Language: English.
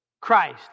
Christ